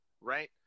Right